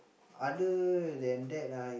other than that ah